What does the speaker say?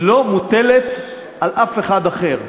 היא לא מוטלת על אף אחד אחר.